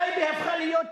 טייבה הפכה להיות,